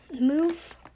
move